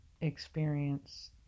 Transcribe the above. experience